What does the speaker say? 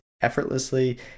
effortlessly